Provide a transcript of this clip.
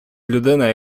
людина